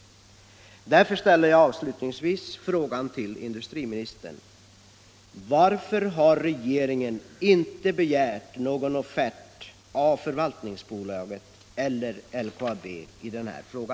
Därför ställer jag avslutningsvis frågan till industriministern: Varför har regeringen inte begärt någon offert av förvaltningsbolaget eller LKAB i denna fråga?